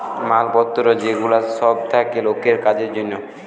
মাল পত্র যে গুলা সব থাকে লোকের কাজের জন্যে